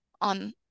on